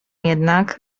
jednak